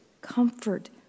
comfort